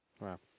Wow